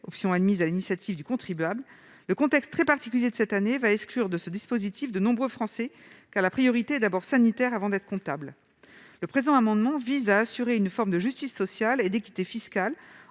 option admise sur l'initiative du contribuable, le contexte très particulier de cette année va exclure du dispositif de nombreux Français, car la priorité est d'abord sanitaire avant d'être comptable. Le présent amendement vise à assurer une forme de justice sociale et d'équité fiscale,